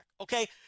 okay